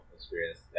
Experience